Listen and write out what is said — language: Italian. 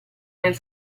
nel